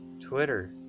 Twitter